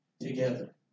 together